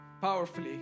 powerfully